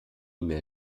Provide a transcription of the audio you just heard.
mail